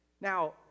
Now